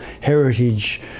heritage